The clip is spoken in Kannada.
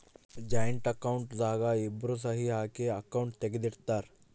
ಜಾಯಿಂಟ್ ಅಕೌಂಟ್ ದಾಗ ಇಬ್ರು ಸಹಿ ಹಾಕಿ ಅಕೌಂಟ್ ತೆಗ್ದಿರ್ತರ್